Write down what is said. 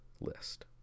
list